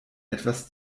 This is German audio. etwas